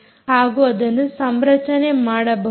ಹಾಗೂ ಅದನ್ನು ಸಂರಚನೆ ಮಾಡಬಹುದು